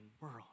world